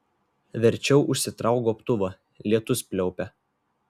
verčiau užsitrauk gobtuvą lietus pliaupia